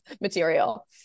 material